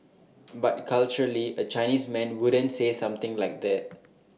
but culturally A Chinese man wouldn't say something like that